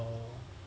oo